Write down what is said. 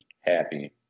happy